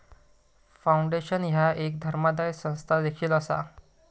foundation ह्या एक धर्मादाय संस्था देखील असा